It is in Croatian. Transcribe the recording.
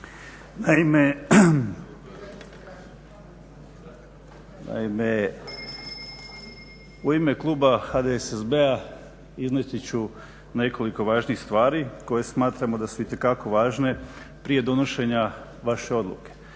Naime, u ime kluba HDSSB-a iznijeti ću nekoliko važnih stvari koje smatramo da su itekako važne prije donošenja vaše odluke.